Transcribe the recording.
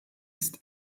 ist